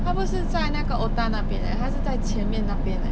它不是在那个 otah 那边 leh 它是在前面那边 eh